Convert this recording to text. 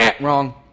Wrong